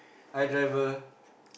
hi driver